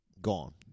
gone